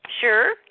Sure